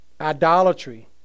idolatry